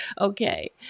Okay